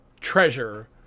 treasure